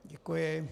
Děkuji.